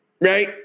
right